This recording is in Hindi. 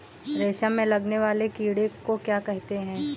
रेशम में लगने वाले कीड़े को क्या कहते हैं?